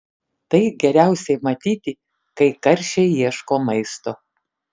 tai geriausiai matyti kai karšiai ieško maisto